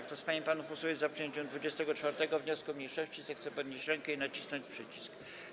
Kto z pań i panów posłów jest za przyjęciem 24. wniosku mniejszości, zechce podnieść rękę i nacisnąć przycisk.